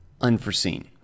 unforeseen